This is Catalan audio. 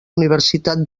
universitat